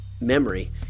memory